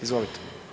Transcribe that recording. Izvolite.